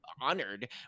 honored